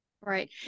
Right